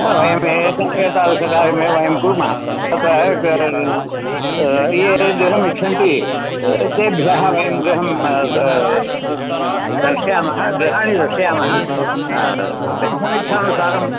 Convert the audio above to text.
हा वयम् एता एतादृशकार्यमेव वयं कुर्मः तत्र ये गृहम् इच्छन्ति तेभ्यः वयं गृहं दर्शयामः गृहाणि दर्शयामः तेषामिच्छानुसारं